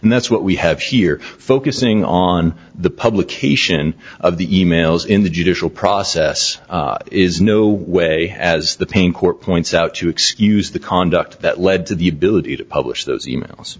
and that's what we have here focusing on the publication of the e mails in the judicial process is no way as the pain court points out to excuse condo the that led to the ability to publish those emails